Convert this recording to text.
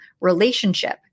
relationship